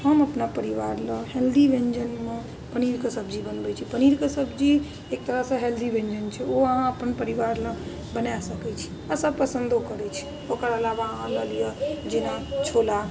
हम अपना परिवारलए हेल्दी व्यञ्जनमे पनीरके सब्जी बनबै छी पनीरके सब्जी एक तरहसँ हेल्दी व्यञ्जन छै ओ अहाँ अपन परिवारलए बना सकै छी आओर सब पसन्दो करै छै ओकर अलावा अहाँ लऽ लिअ जेना छोला